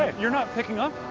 you're not picking up.